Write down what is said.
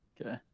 Okay